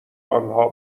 آنها